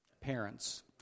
Parents